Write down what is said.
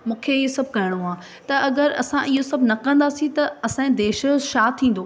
मूंखे इहो सभु करिणो आहे त अगरि असां इहो सभु न कंदासीं त असांजे देश जो छा थींदो